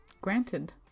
granted